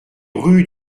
rue